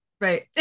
right